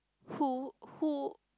who who